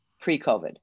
pre-COVID